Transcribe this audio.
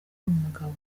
umugabo